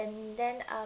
then um